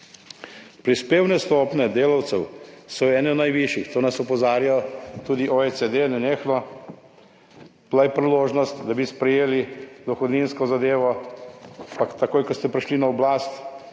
Prispevne stopnje delavcev so ene najvišjih, to nas opozarja tudi OECD nenehno. Bila je priložnost, da bi sprejeli dohodninsko zadevo, ampak takoj, ko ste prišli na oblast